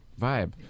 Vibe